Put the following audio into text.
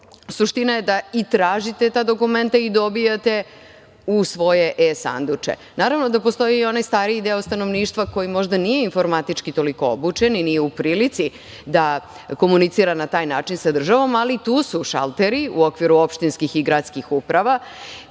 Suština je da i tražite ta dokumenta i dobijate u svoje e-sanduče. Naravno da postoji i onaj stariji deo stanovništva koji možda nije informatički toliko obučen i nije u prilici da komunicira na taj način sa državom, ali tu su šalteri u okviru opštinskih i gradskih uprava